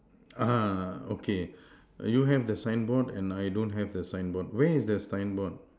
ah okay you have the sign board and I don't have the sign board where is the sign board